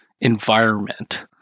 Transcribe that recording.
environment